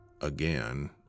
again